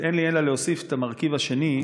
אז אין לי אלא להוסיף את המרכיב השני.